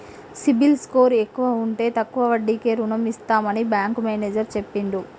CIBIL score ఎక్కువ ఉంటే తక్కువ వడ్డీకే రుణం ఇస్తామని బ్యాంకు మేనేజర్ చెప్పిండు